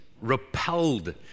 repelled